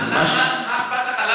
מה אכפת לך?